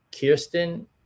Kirsten